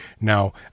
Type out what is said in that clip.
now